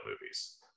movies